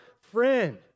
friend